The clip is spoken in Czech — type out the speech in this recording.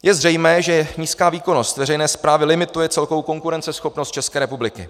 Je zřejmé, že nízká výkonnost veřejné správy limituje celkovou konkurenceschopnost České republiky.